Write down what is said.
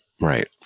right